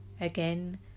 Again